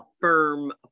firm